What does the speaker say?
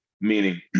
meaning